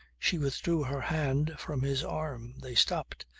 she withdrew her hand from his arm. they stopped.